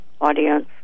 audience